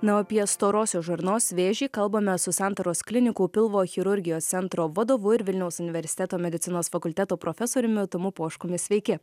na o apie storosios žarnos vėžį kalbamės su santaros klinikų pilvo chirurgijos centro vadovu ir vilniaus universiteto medicinos fakulteto profesoriumi tomu poškumi sveiki